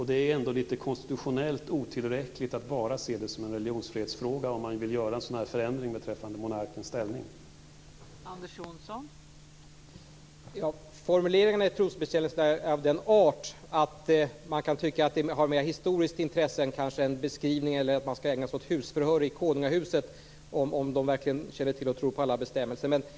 Det är ändå konstitutionellt otillräckligt att bara se en sådan förändring beträffande monarkens ställning som en religionsfrihetsfråga.